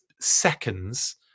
seconds